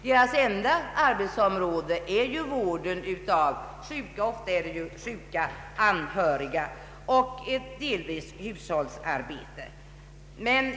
Deras enda arbetsområde är vården av sjuka — ofta sjuka anhöriga — och i viss mån hushållsarbete.